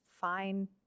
fine